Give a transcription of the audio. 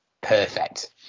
perfect